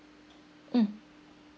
mm